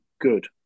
good